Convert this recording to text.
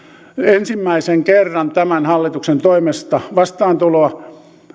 ensimmäisen kerran tämän hallituksen toimesta vastaantulo